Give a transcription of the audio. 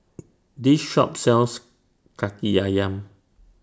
This Shop sells Kaki Ayam